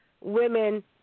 women